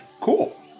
cool